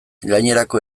gainerako